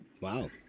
wow